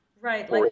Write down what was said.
right